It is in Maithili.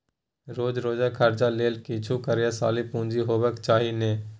रोज रोजकेर खर्चा लेल किछु कार्यशील पूंजी हेबाक चाही ने